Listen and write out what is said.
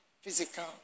physical